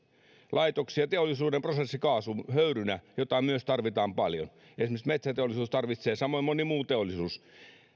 laitoksiin ja teollisuuden prosessikaasun höyrynä jota myös tarvitaan paljon esimerkiksi metsäteollisuus tarvitsee samoin moni muu teollisuus